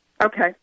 Okay